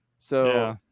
so